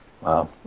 Wow